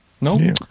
No